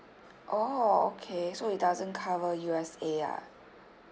oh okay so it doesn't cover USA ah